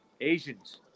asians